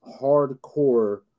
hardcore